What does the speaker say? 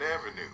Avenue